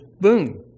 boom